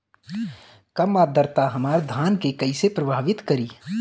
कम आद्रता हमार धान के कइसे प्रभावित करी?